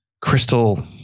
crystal